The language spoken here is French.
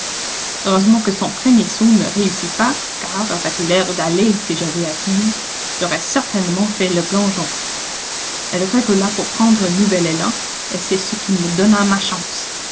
heureusement que son premier saut ne réussit pas car avec l'erre d'aller que j'avais acquise j'aurais certainement fait le plongeon elle recula pour prendre un nouvel élan et c'est ce qui me donna ma chance